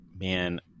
man